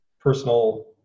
personal